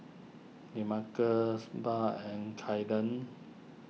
Demarcus Barb and Kaiden